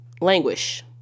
Languish